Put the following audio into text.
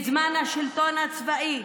בזמן השלטון הצבאי,